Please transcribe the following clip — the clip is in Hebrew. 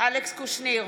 אלכס קושניר,